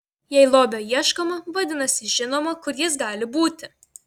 jei lobio ieškoma vadinasi žinoma kur jis gali būti